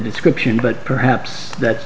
description but perhaps that's